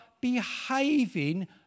behaving